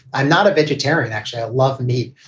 i'm not a vegetarian. actually, i love meat.